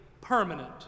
permanent